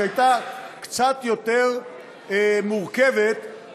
כשהייתה קצת יותר מורכבת,